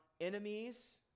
enemies